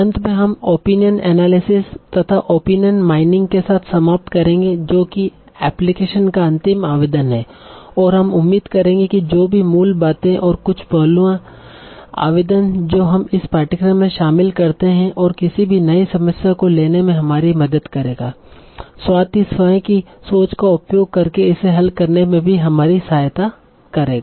अंत में हम ओपिनियन एनालिसिस तथा ओपिनियन माइनिंग के साथ समाप्त करेंगे जो कि एप्लीकेशन का अंतिम आवेदन है और हम उम्मीद करेंगे कि जो भी मूल बातें और कुछ पहलुओं आवेदन जो हम इस पाठ्यक्रम में शामिल करते हैं और किसी भी नई समस्या को लेने में हमारी मदद करेगा साथ ही स्वंय कि सोच का उपयोग करके इसे हल करने में भी हमारी सहायता करेगा